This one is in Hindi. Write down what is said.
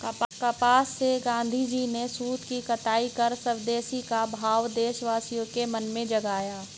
कपास से गाँधीजी ने सूत की कताई करके स्वदेशी का भाव देशवासियों के मन में जगाया